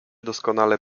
doskonale